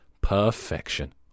Perfection